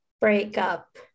breakup